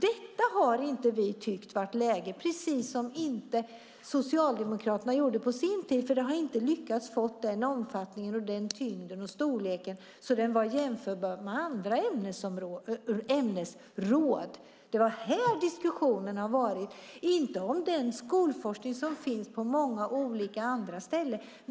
Vi har inte tyckt att det varit läge för det, vilket inte heller Socialdemokraterna tyckte på sin tid. Den har nämligen inte lyckats få den omfattning och den tyngd och storlek som skulle göra den jämförbar med andra ämnesråd. Det är det diskussionen har gällt, inte den skolforskning som finns på många andra ställen.